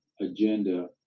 agenda